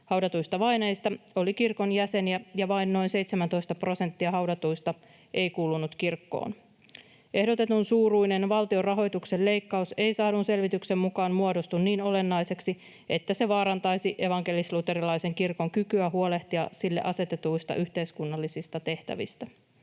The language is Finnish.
haudatuista vainajista oli kirkon jäseniä ja vain noin 17 prosenttia haudatuista ei kuulunut kirkkoon. Ehdotetun suuruinen valtionrahoituksen leikkaus ei saadun selvityksen mukaan muodostu niin olennaiseksi, että se vaarantaisi evankelis-luterilaisen kirkon kykyä huolehtia sille asetetuista yhteiskunnallisista tehtävistä.